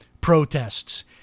protests